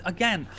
Again